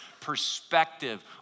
perspective